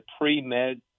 pre-med